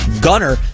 Gunner